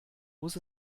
muss